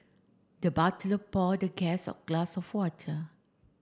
the butler pour the guest a glass of water